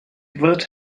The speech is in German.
wird